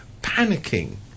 panicking